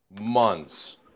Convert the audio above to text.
months